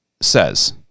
says